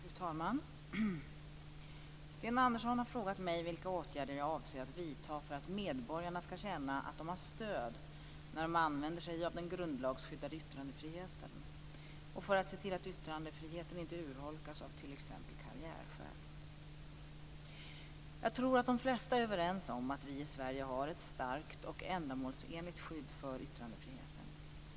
Fru talman! Sten Andersson har frågat mig vilka åtgärder jag avser att vidta för att medborgarna skall känna att de har stöd när de använder sig av den grundlagsskyddade yttrandefriheten och för att se till att yttrandefriheten inte urholkas av t.ex. karriärskäl. Jag tror att de flesta är överens om att vi i Sverige har ett starkt och ändamålsenligt skydd för yttrandefriheten.